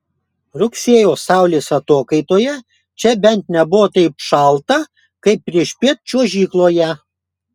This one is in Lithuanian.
rugsėjo saulės atokaitoje čia bent nebuvo taip šalta kaip priešpiet čiuožykloje